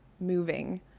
moving